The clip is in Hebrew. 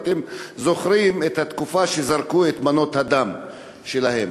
ואתם זוכרים את התקופה שזרקו את מנות הדם שלהם.